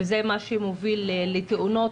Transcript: וזה מה שמוביל לתאונות